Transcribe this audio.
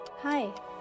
hi